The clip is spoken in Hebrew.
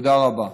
תודה רבה.